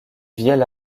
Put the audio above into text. vielle